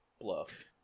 bluff